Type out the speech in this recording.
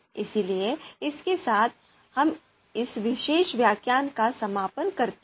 इसलिए इसके साथ हम इस विशेष व्याख्यान का समापन करते हैं